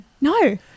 No